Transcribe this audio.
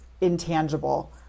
intangible